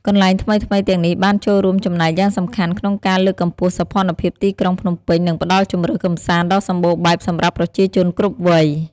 កន្លែងថ្មីៗទាំងនេះបានចូលរួមចំណែកយ៉ាងសំខាន់ក្នុងការលើកកម្ពស់សោភ័ណភាពទីក្រុងភ្នំពេញ និងផ្តល់ជម្រើសកម្សាន្តដ៏សម្បូរបែបសម្រាប់ប្រជាជនគ្រប់វ័យ។